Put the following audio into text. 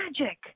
magic